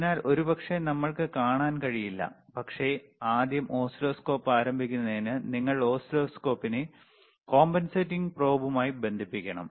അതിനാൽ ഒരുപക്ഷേ നമ്മൾക്ക് കാണാൻ കഴിയില്ല പക്ഷേ ആദ്യം ഓസിലോസ്കോപ്പ് ആരംഭിക്കുന്നതിന് നിങ്ങൾ ഓസിലോസ്കോപ്പിനെ compensating probeമായി ബന്ധിപ്പിക്കണം